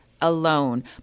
Alone